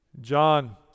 John